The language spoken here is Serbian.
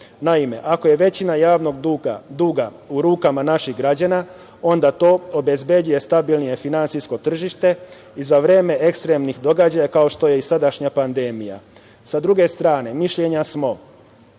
dug. Naime, ako je većina javnog duga u rukama naših građana, onda to obezbeđuje stabilnije finansijsko tržište i za vreme ekstremnih događaja, kao što je i sadašnja pandemija. Sa druge strane, mišljenja smo